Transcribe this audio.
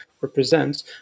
represents